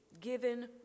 given